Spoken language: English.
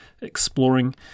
exploring